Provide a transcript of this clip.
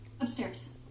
Upstairs